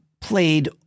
played